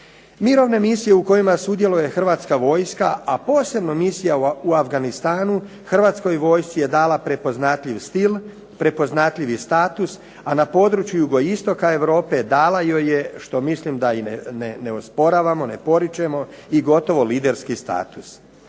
Mirovne misije u kojima sudjeluje Hrvatska vojska, a posebno misija u Afganistanu Hrvatskoj vojsci je dala prepoznatljiv stil, prepoznatljivi status, a na području jugoistoka Europe dala joj je što mislim da i ne osporavamo, ne poričemo i gotovo liderski status.